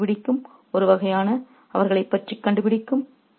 அவர்களைக் கண்டுபிடிக்கும் ஒரு வகையான அவர்களைப் பற்றி கண்டுபிடிக்கும்